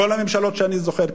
כל הממשלות שאני זוכר,